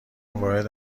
وارد